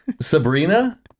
Sabrina